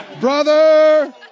brother